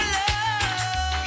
love